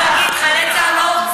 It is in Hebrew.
חיילי צה"ל לא,